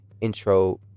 intro